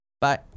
Bye